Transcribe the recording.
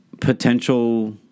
potential